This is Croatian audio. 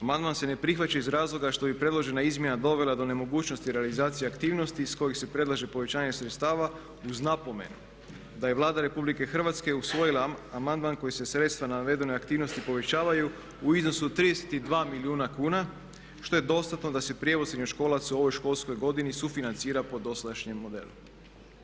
Amandman se ne prihvaća iz razloga što bi predložena izmjena dovela do nemogućnosti realizacija aktivnosti iz kojih se predlaže povećanje sredstava uz napomenu da je Vlada Republike Hrvatske usvojila amandman kojim se sredstava navedenoj aktivnosti povećavaju u iznosu od 32 milijuna kuna što je dostatno da se prijevoz srednjoškolaca u ovoj školskoj godini sufinancira po dosadašnjem modelu.